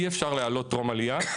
אי אפשר להעלות טרום עלייה,